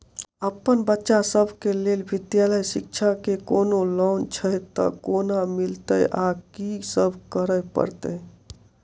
अप्पन बच्चा सब केँ लैल विधालय शिक्षा केँ कोनों लोन छैय तऽ कोना मिलतय आ की सब करै पड़तय